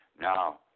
Now